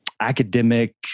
academic